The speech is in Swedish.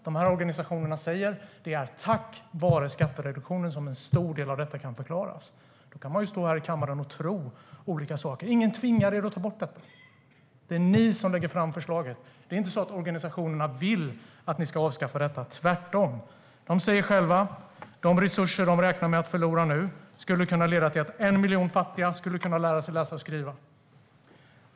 De här organisationerna säger att detta till stor del skett tack vare skattereduktionen. Man kan stå här i kammaren och tro olika saker. Men ingen tvingar er att ta bort detta. Det är ni som lägger fram förslaget. Det är inte så att organisationerna vill att ni ska avskaffa detta, tvärtom. De säger själva att de resurser de nu räknar med att förlora skulle kunna leda till att 1 miljon fattiga lärde sig att läsa och skriva.